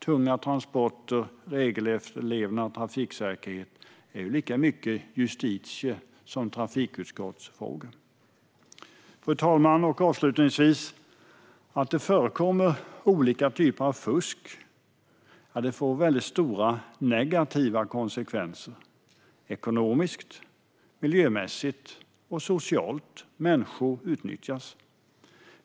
Tunga transporter, regelefterlevnad, trafiksäkerhet är lika mycket en fråga för justitieutskottet som det är för trafikutskottet. Fru talman! Avslutningsvis: Att det förekommer olika typer av fusk får stora negativa konsekvenser ekonomiskt, miljömässigt och socialt. Människor utnyttjas.